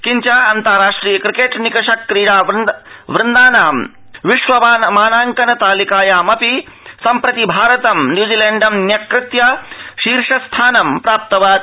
किंच अन्ताराष्ट्रिय क्रिकेट् निकष क्रीडक वृन्दानां विश्वमानांक तालिकायामपि सम्प्रति भारतं न्यूजीलप्रि न्यक्कृत्य शीर्ष स्थानम् प्राप्रवत्